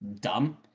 dumb